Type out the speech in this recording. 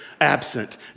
absent